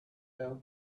ago